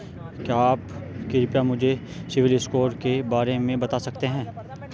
क्या आप कृपया मुझे सिबिल स्कोर के बारे में बता सकते हैं?